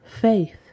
faith